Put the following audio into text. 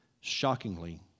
shockingly